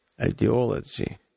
ideology